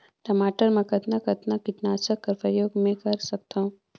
टमाटर म कतना कतना कीटनाशक कर प्रयोग मै कर सकथव?